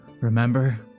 Remember